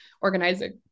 organizing